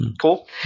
Cool